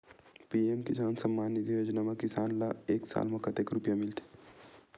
PM किसान सम्मान निधी योजना म किसान ल एक साल म कतेक रुपिया मिलथे?